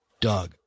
Doug